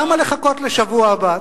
למה לחכות לשבוע הבא?